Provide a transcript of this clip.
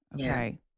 Okay